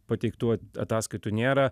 pateiktų ataskaitų nėra